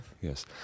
yes